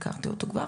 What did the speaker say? הכרתי אותו כבר.